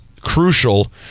crucial